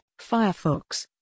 Firefox